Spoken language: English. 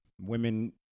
women